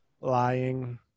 lying